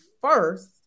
first